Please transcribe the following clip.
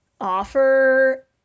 offer